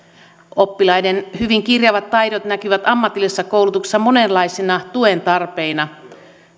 oppilaiden hyvin kirjavat taidot näkyvät ammatillisessa koulutuksessa monenlaisina tuen tarpeina